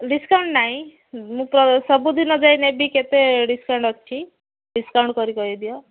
discount ନାଇଁ ମୁଁ ପ ସବୁଦିନ ଯାଇ ନେବି କେତେ ଡିସ୍କାଉଣ୍ଟ୍ ଅଛି ଡିସ୍କାଉଣ୍ଟ୍ କରି କହିଦିଅ